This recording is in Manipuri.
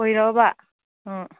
ꯀꯣꯏꯔꯛꯑꯣꯕ ꯑꯥ